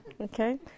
Okay